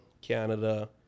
Canada